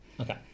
Okay